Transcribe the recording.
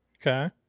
okay